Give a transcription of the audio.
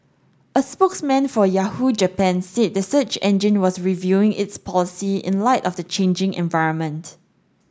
a spokesman for Yahoo Japan said the search engine was reviewing its policy in light of the changing environment